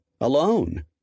alone